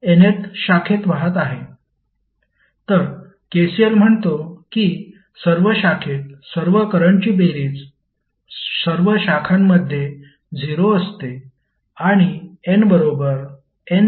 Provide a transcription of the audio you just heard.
तर KCL म्हणतो की सर्व शाखेत सर्व करंटची बेरीज सर्व शाखांमध्ये 0 असते आणि n बरोबर n ते N आहे